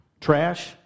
trash